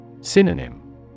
Synonym